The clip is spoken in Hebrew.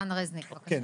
רן רזניק בבקשה.